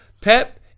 Pep